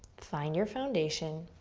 find your foundation.